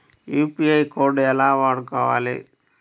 UPI code ఎలా వాడుకోవాలి?